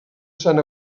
sant